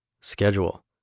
Schedule